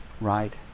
Right